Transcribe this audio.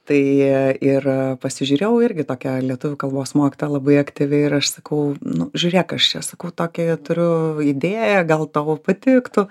tai ir pasižiūrėjau irgi tokia lietuvių kalbos mokytoja labai aktyvi ir aš sakau nu žiūrėk aš čia sakau tokią turiu idėją gal tau patiktų